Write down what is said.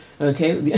Okay